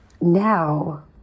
Now